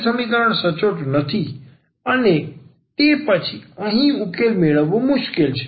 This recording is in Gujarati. આપેલ સમીકરણ સચોટ નથી અને તે પછી અહીં ઉકેલ મેળવવો મુશ્કેલ છે